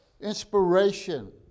inspiration